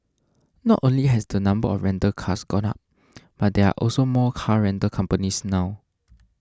not only has the number of rental cars gone up but there are also more car rental companies now